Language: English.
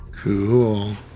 cool